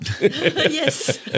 Yes